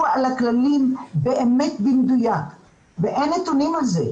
על הכללים באמת במדויק ואין נתונים על זה.